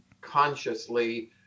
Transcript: consciously